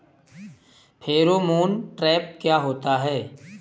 Pheromone trap क्या होता है?